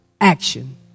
action